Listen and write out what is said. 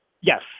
Yes